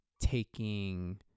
taking